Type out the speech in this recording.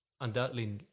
undoubtedly